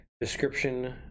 description